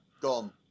gone